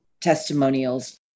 testimonials